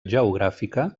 geogràfica